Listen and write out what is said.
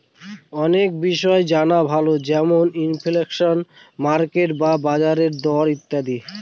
অনেক বিষয় জানা ভালো যেমন ইনফ্লেশন, মার্কেট বা বাজারের দর ইত্যাদি